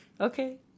Okay